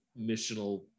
missional